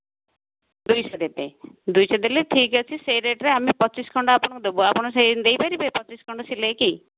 ଦୁଇଶହ ଦେବେ ଦୁଇଶହ ଦେଲେ ଠିକ୍ ଅଛି ସେଇ ରେଟ୍ରେ ଆମେ ପଚିଶ ଖଣ୍ଡ ଆମେ ଦେବୁ ଆପଣ ସେମତି ଦେଇପାରିବେ ପଚିଶ ଖଣ୍ଡ ସିଲେଇକି